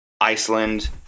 Iceland